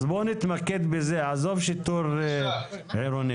בוא נתמקד בזה, עזוב שיטור עירוני.